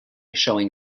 showing